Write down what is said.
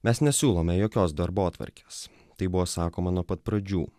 mes nesiūlome jokios darbotvarkės tai buvo sakoma nuo pat pradžių